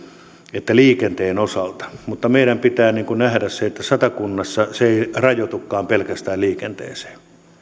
liikenteen osalta mutta meidän pitää nähdä se että satakunnassa se ei rajoitukaan pelkästään liikenteeseen